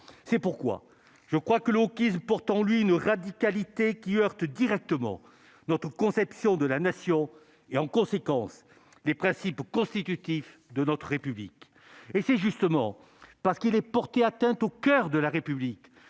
c'est pourquoi je crois que l'eau qui pourtant lui une radicalité qui heurte directement notre conception de la nation et en conséquence les principes constitutifs de notre République et c'est justement parce qu'il est porté atteinte au coeur de la République